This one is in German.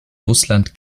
russland